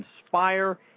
inspire